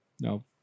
No